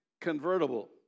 convertible